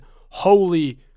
holy